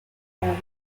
open